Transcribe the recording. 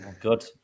Good